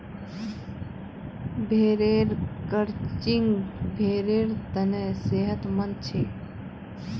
भेड़ेर क्रचिंग भेड़ेर तने सेहतमंद छे